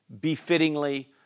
befittingly